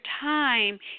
time